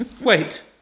wait